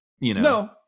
no